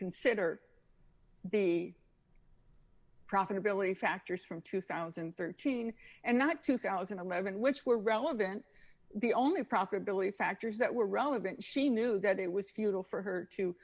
consider the profitability factors from two thousand and thirteen and not two thousand and eleven which were relevant the only probability factors that were relevant she knew that it was futile for her to